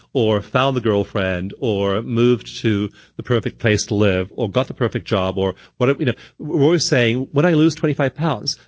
or found the girlfriend, or moved to the perfect place to live, or got the perfect job, or whatever. you know we're always saying, when i lose twenty five pounds,